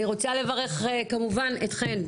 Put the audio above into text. אני רוצה לברך כמובן אתכן,